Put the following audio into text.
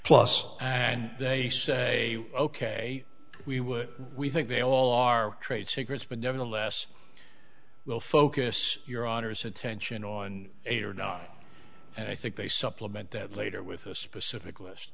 plus and they say ok we would we think they all are trade secrets but nevertheless will focus your honour's attention on it or not and i think they supplement that later with a specific list